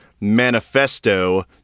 manifesto